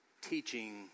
teaching